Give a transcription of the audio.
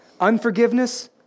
Unforgiveness